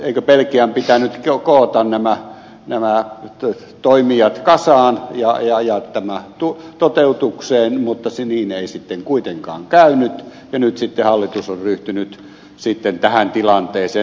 eikö belgian pitänyt koota nämä toimijat kasaan ja tämä toteutukseen mutta niin ei sitten kuitenkaan käynyt ja nyt sitten hallitus on ryhtynyt tähän tilanteeseen